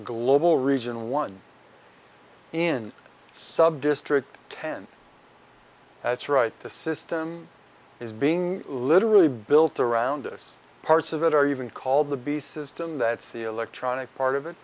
global region one in subdistrict ten that's right the system is being literally built around us parts of it are even called the beast system that's the electronic part of it